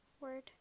word